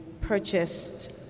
purchased